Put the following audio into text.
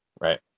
right